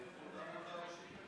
גם אני יכול הודעה אישית?